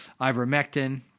ivermectin